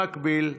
במקביל,